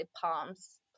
palms